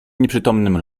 nieprzytomnym